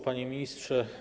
Panie Ministrze!